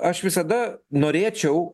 aš visada norėčiau